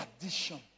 addition